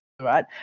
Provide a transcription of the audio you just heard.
right